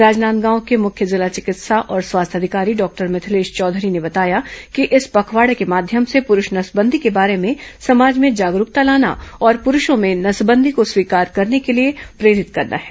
राजनांदगांव के मुख्य जिला चिकित्सा और स्वास्थ्य अधिकारी डॉक्टर मिथिलेश चौधरी ने बताया कि इस पखवाड़े के माध्यम से पुरूष नसबंदी के बारे में समाज में जागरूकता लाना और प्ररूषों में नसबंदी को स्वीकार करने के लिए प्रेरित करना है